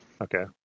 Okay